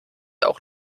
auch